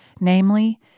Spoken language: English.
namely